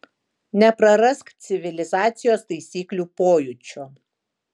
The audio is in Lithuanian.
neprarask civilizacijos taisyklių pojūčio